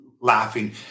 laughing